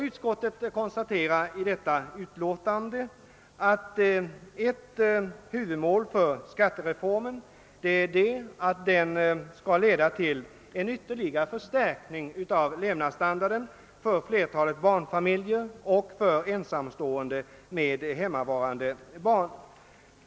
Utskottet konstaterar där att ett huvudmål för skattereformen är att den skall leda till en ytterligare höjning av levnadsstandarden för flertalet barnfamiljer och för ensamstående med hemmavarande barn.